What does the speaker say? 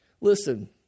Listen